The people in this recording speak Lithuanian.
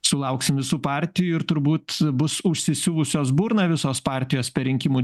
sulauksim visų partijų ir turbūt bus užsisiuvusios burną visos partijos per rinkimų